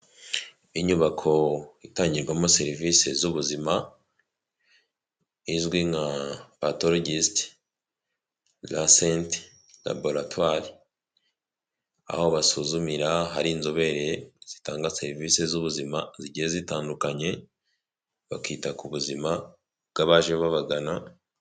Inyubako itangirwamo serivisi z'ubuzima izwi nka atorogisiti lasenti laboratwari, aho basuzumira hari inzobere zitanga serivisi z'ubuzima zigiye zitandukanye, bakita ku buzima bw'abaje babagana.